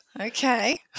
Okay